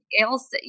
else